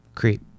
creep